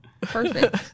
Perfect